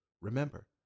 Remember